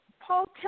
Paul